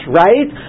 right